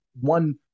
one